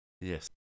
yes